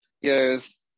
Yes